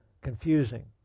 confusing